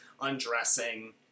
undressing